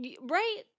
Right